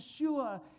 yeshua